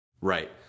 Right